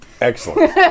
excellent